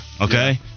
Okay